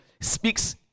speaks